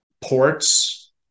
ports